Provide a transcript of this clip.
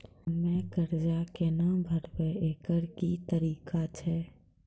हम्मय कर्जा केना भरबै, एकरऽ की तरीका छै?